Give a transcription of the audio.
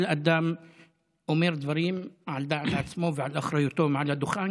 כל אדם אומר דברים על דעת עצמו ועל אחריותו מעל הדוכן,